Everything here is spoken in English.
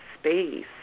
space